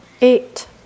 eight